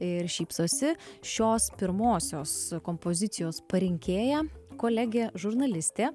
ir šypsosi šios pirmosios kompozicijos parinkėja kolegė žurnalistė